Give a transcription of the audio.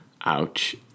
Ouch